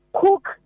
Cook